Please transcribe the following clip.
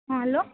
hello